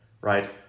right